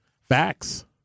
Facts